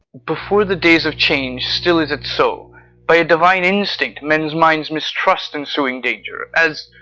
before the days of change, still is it so by a divine instinct men's minds mistrust ensuing danger as,